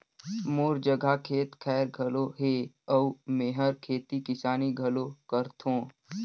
मोर जघा खेत खायर घलो हे अउ मेंहर खेती किसानी घलो करथों